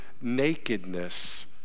nakedness